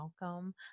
welcome